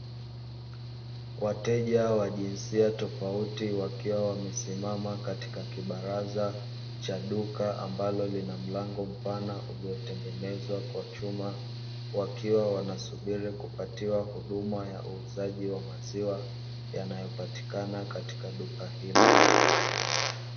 Wateja wa jinsia tofauti wakiwa wamesimama katika kibaraza cha duka ambalo lina mlango mpana uliotengenezwa kwa chuma, wakiwa wanasubiri kupatiwa huduma ya uuzaji wa maziwa yanayopatikana katika duka hilo.